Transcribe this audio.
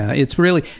ah it's really,